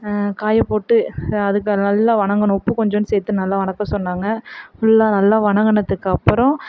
காயை போட்டு அது நல்லா வதங்கணும் உப்பு கொஞ்சோண்டு சேர்த்து நல்லா வதக்க சொன்னாங்க ஃபுல்லாக நல்லா வதக்குனதுக்கப்பறோம்